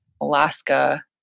alaska